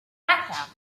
background